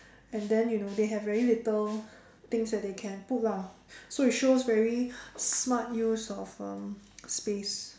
and then you know they have very little things that they can put lah so it shows very smart use of um space